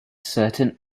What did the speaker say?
certain